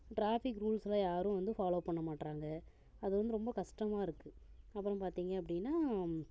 traffic ரூல்ஸ்லாம் யாரும் வந்து ஃபாலோ பண்ண மாட்றாங்க அது வந்து ரொம்ப கஷ்டமாக இருக்கு அப்புறம் பார்த்திங்க அப்படினா